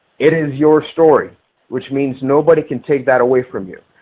it is your story which means nobody can take that away from you.